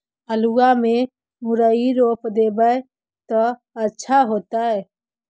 आलुआ में मुरई रोप देबई त अच्छा होतई?